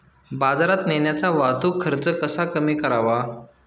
बाजारात नेण्याचा वाहतूक खर्च कसा कमी करावा?